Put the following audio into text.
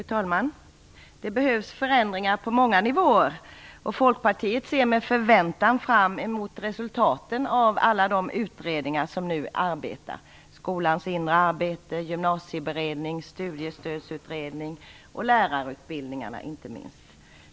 Fru talman! Det behövs förändringar på många nivåer. Folkpartiet ser med förväntan fram emot resultaten av alla de utredningar som nu arbetar - utredning om skolans inre arbete, gymnasieberedning, studiestödsutredning och utredning om lärarutbildningarna, inte minst.